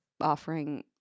offering